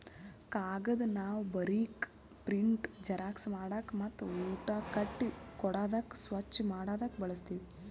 ಕಾಗದ್ ನಾವ್ ಬರೀಕ್, ಪ್ರಿಂಟ್, ಜೆರಾಕ್ಸ್ ಮಾಡಕ್ ಮತ್ತ್ ಊಟ ಕಟ್ಟಿ ಕೊಡಾದಕ್ ಸ್ವಚ್ಚ್ ಮಾಡದಕ್ ಬಳಸ್ತೀವಿ